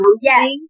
Yes